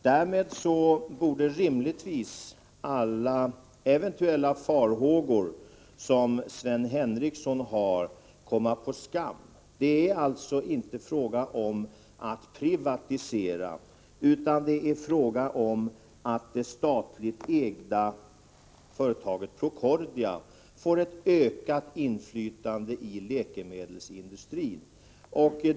Därmed borde rimligtvis alla eventuella farhågor som Sven Henricsson har komma på skam. Det är alltså inte fråga om att privatisera, utan det är fråga om att det statligt ägda företaget Procordia får ett ökat inflytande i läkemedelsindustrin.